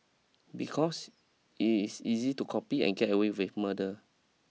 because it is easy to copy and get away with murder